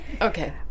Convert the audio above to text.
okay